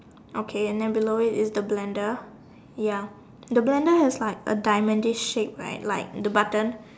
okay and then below it is the blender ya the blender has like a deaminize shape right like the button